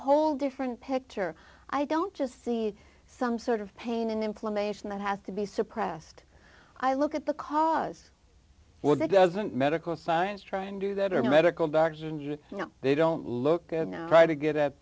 whole different picture i don't just see some sort of pain and inflammation that has to be suppressed i look at the cause well that doesn't medical science try and do that or medical bags and you know they don't look right or good at